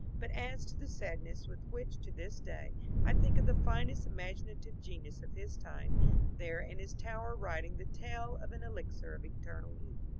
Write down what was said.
but adds to the sadness with which to this day i think of the finest imaginative genius of his time there in his tower writing the tale of an elixir of eternal youth,